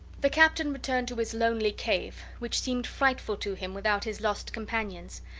the captain returned to his lonely cave, which seemed frightful to him without his lost companions,